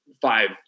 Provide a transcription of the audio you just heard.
five